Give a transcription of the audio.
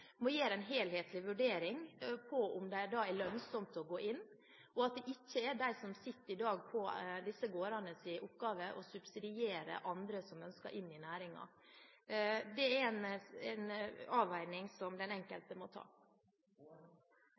må gjøre en helhetlig vurdering av om det er lønnsomt å gå inn, og at det ikke er oppgaven til dem som sitter på disse gårdene, å subsidiere andre som ønsker seg inn i næringen. Det er en avveining som den enkelte må ta.